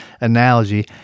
analogy